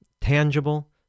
tangible